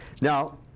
now